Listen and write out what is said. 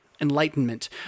Enlightenment